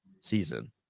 season